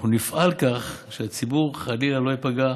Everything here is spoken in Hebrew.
אנחנו נפעל כך שהציבור לא ייפגע,